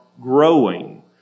growing